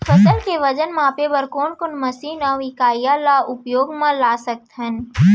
फसल के वजन मापे बर कोन कोन मशीन अऊ इकाइयां ला उपयोग मा ला सकथन?